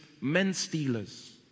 men-stealers